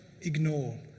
ignore